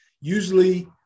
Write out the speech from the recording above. Usually